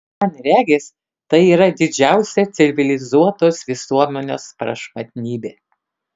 man regis tai yra didžiausia civilizuotos visuomenės prašmatnybė